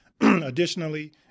Additionally